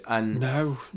No